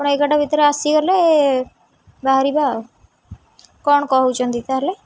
ଆପଣ ଏଗାରଟା ଭିତରେ ଆସିଗଲେ ବାହାରିବା ଆଉ କ'ଣ କହୁଛନ୍ତି ତାହେଲେ